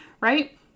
right